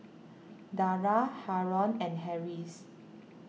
Dara Haron and Harris